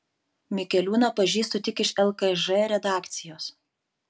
mikeliūną pažįstu tik iš lkž redakcijos